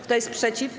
Kto jest przeciw?